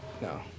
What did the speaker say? No